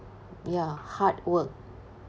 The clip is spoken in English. ya hard work